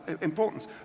importance